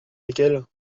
lesquelles